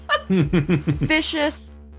Vicious